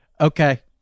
Okay